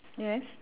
yes